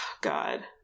God